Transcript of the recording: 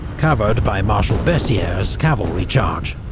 covered by marshal bessieres cavalry charge.